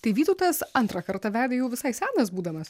tai vytautas antrą kartą vedė jau visai senas būdamas